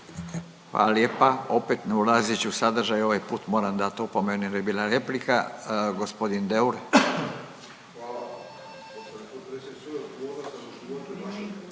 Hvala